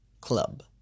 club